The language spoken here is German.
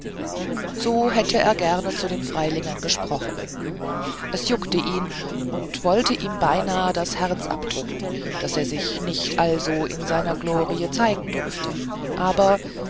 so hätte er gerne zu den freilingern gesprochen es juckte ihn und wollte ihm beinahe das herz abdrücken daß er sich nicht also in seiner glorie zeigen durfte aber er